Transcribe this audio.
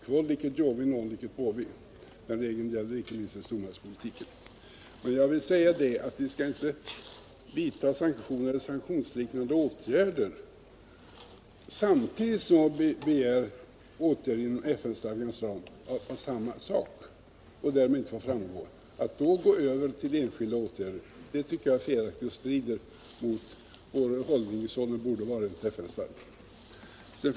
Quod licet Iovi, non licet bovi. Den regeln gäller inte minst för stormaktspolitiken. Vi skall inte vidta sanktioner eller sanktionsliknande åtgärder samtidigt som vi begär åtgärder för samma sak inom FN-stadgans ram. Att gå över till enskilda åtgärder om vi inte har framgång där tycker jag är felaktigt och strider mot vår hållning, som den borde vara enligt FN-stadgan.